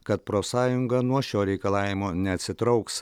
kad profsąjunga nuo šio reikalavimo neatsitrauks